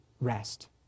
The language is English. rest